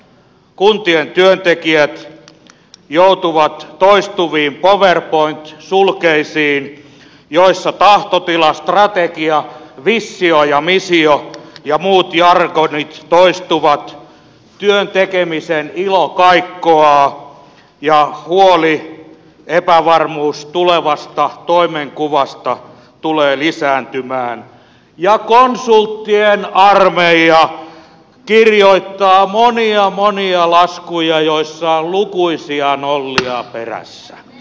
kuntien työntekijät joutuvat toistuviin powerpoint sulkeisiin joissa tahtotila strategia vissio ja misio ja muut jargonit toistuvat työn tekemisen ilo kaikkoaa ja huoli epävarmuus tulevasta toimenkuvasta tulee lisääntymään ja konsulttien armeija kirjoittaa monia monia laskuja joissa on lukuisia nollia perässä